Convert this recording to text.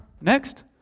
next